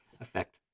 effect